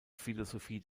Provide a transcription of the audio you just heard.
philosophie